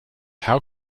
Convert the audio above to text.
how